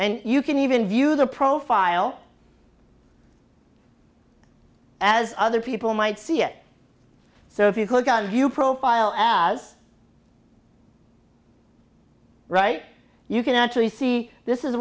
and you can even view the profile as other people might see it so if you click on view profile as right you can actually see this is